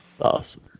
Awesome